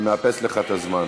אני מאפס לך את הזמן.